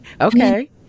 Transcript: Okay